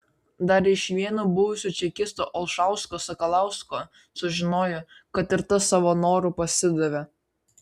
dar iš vieno buvusio čekisto olšausko sakalausko sužinojo kad ir tas savo noru pasidavė